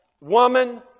woman